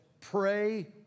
pray